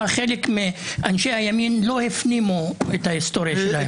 חלק מאנשי הימין לא הפנימו את ההיסטוריה שלהם.